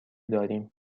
داریم